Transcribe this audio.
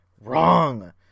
Wrong